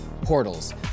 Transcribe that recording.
portals